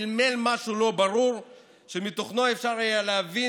מלמל משהו לא ברור שמתוכנו אפשר היה להבין